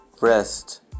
rest